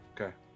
Okay